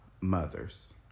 mothers